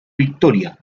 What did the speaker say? victoria